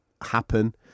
happen